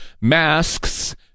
masks